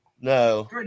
No